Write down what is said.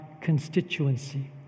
constituency